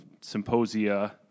symposia